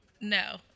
no